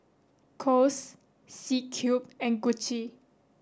Kose C Cube and Gucci